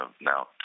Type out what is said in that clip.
now